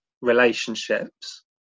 relationships